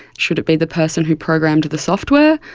should it be the person who programmed the software,